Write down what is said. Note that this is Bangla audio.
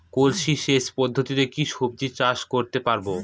কলসি সেচ পদ্ধতিতে কি সবজি চাষ করতে পারব?